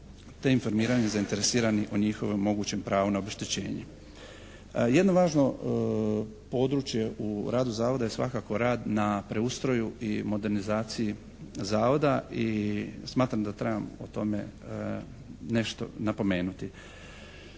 te informiranje zainteresiranih o njihovom mogućem pravu na obeštećenje. Jedno važno područje u radu Zavoda je svakako rad na preustroju i modernizaciji Zavoda i smatram da trebam o tome nešto napomenuti.